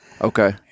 Okay